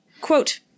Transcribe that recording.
Quote